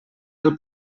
del